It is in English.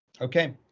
Okay